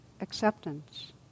acceptance